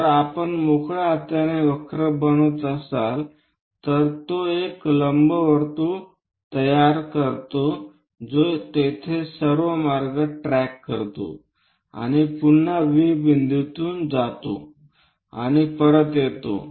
जर आपण मोकळ्या हाताने वक्र बनवत असाल तर तो एक लंबवर्तुळ तयार करतो जो तेथे सर्व मार्ग ट्रॅक करतो आणि पुन्हा V1 बिंदूतून जातो आणि परत येतो